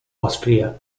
austria